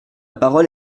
parole